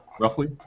roughly